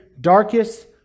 darkest